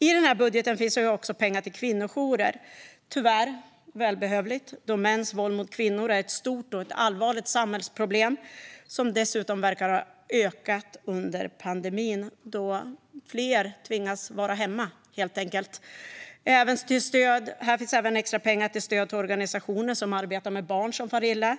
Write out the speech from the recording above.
I budgeten finns också pengar till kvinnojourer - tyvärr välbehövligt, då mäns våld mot kvinnor är ett stort och allvarligt samhällsproblem som dessutom verkar ha ökat under pandemin, då fler helt enkelt tvingas vara hemma. Det finns även extra pengar till stöd till organisationer som arbetar med barn som far illa.